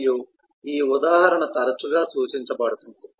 మరియు ఈ ఉదాహరణ తరచుగా సూచించబడుతుంది